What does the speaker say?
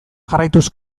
jarraituz